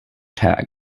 tag